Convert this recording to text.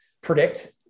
predict